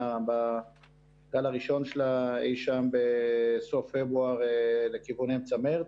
בגל הראשון שלה אי-שם בסוף פברואר לכיוון אמצע מרץ.